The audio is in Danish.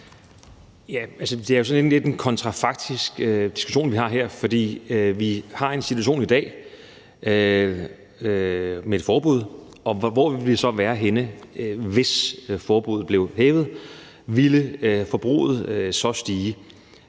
Heunicke): Det er jo sådan lidt en kontrafaktisk diskussion, vi har her. Vi har en situation i dag med et forbud, og hvor ville vi så være henne, hvis forbuddet blev hævet? Ville forbruget så stige?